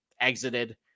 exited